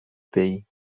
pays